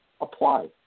apply